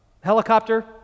helicopter